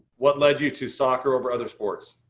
what led you to soccer over other sports?